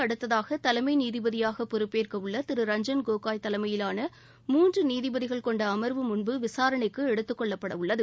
அடுத்ததாக தலைமை நீதிபதியாக பொறுப்பேற்க உள்ள திரு ரஞ்சன் கோகோய் தலைமையிலான மூன்று நீதிபதிகள் கொண்ட அம்வு முன்பு விசாரணைக்கு எடுத்துக் கொள்ளப்பட இருக்கிறது